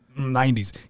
90s